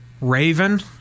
Raven